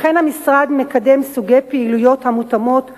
לכן המשרד מקדם סוגי פעילויות המותאמות להם,